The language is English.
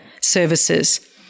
services